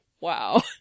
wow